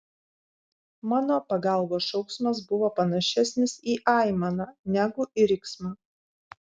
mano pagalbos šauksmas buvo panašesnis į aimaną negu į riksmą